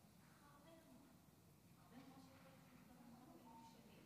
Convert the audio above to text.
חברת הכנסת מרב מיכאלי,